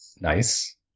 Nice